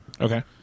Okay